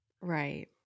Right